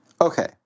Okay